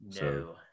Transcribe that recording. No